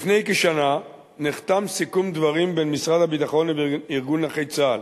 לפני כשנה נחתם סיכום דברים בין משרד הביטחון לבין ארגון נכי צה"ל.